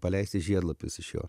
paleisti žiedlapius iš jo